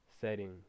settings